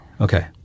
Okay